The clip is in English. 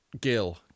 gill